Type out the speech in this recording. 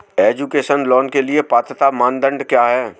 Education loan के लिए पात्रता मानदंड क्या है?